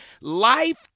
Life